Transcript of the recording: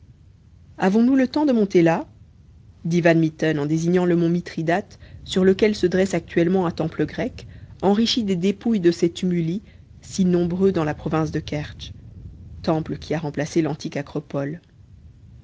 avons-nous le temps de monter là dit van mitten en désignant le mont mithridate sur lequel se dresse actuellement un temple grec enrichi des dépouilles de ces tumuli si nombreux dans la province de kertsch temple qui a remplacé l'antique acropole